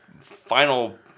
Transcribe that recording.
final